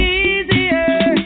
easier